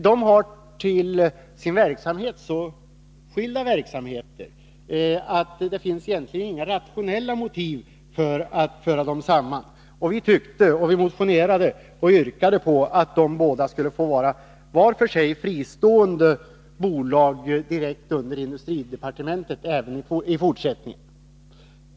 De har så skilda verksamheter att det egentligen inte finns några rationella motiv att föra dem samman. Vi har motionerat och yrkat på att de båda skulle få vara fristående bolag direkt under industridepartementet även i fortsättningen.